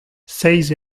seizh